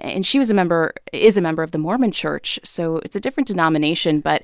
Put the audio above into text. and she was a member is a member of the mormon church, so it's a different denomination. but